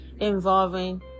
involving